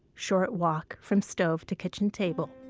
short walk from stove to kitchen table.